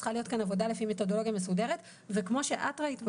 צריכה להיות כאן עבודה לפי מתודולוגיה מסודרת וכמו שאת ראית,